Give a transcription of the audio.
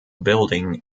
building